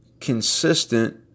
consistent